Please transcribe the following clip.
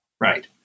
Right